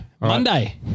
Monday